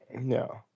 no